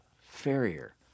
farrier